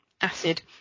acid